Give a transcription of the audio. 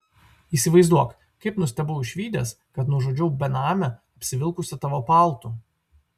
įsivaizduok kaip nustebau išvydęs kad nužudžiau benamę apsivilkusią tavo paltu